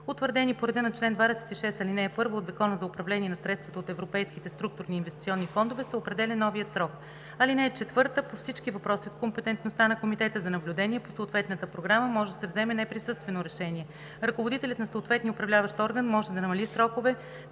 утвърдени по реда на чл. 26, ал. 1 от Закона за управление на средствата от Европейските структурни и инвестиционни фондове, се определя новият срок. (4) По всички въпроси от компетентността на комитета за наблюдение по съответната програма може да се вземе неприсъствено решение. Ръководителят на съответния управляващ орган може да намали сроковете,